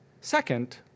Second